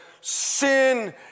sin